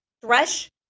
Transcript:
Thresh